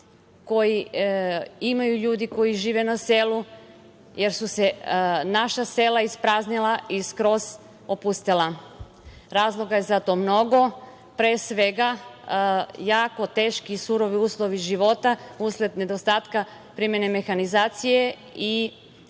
koje imaju ljudi koji žive na selu, jer su se naša sela ispraznila i skroz opustela. Razloga je za to mnogo, pre svega jako teški i surovi uslovi života usled nedostatka primene mehanizacije i loše